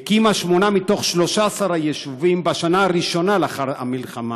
הקימה שמונה מ-13 היישובים בשנה הראשונה לאחר המלחמה.